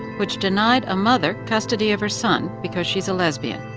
which denied a mother custody of her son because she's a lesbian.